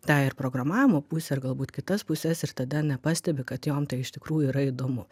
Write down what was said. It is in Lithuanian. tą ir programavimo pusę ir galbūt kitas puses ir tada nepastebi kad jom tai iš tikrųjų yra įdomu